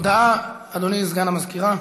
הודעה, אדוני סגן המזכירה.